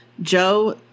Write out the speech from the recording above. Joe